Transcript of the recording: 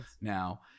now